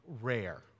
rare